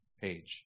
page